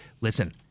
listen